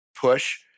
push